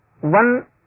one